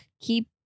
Keep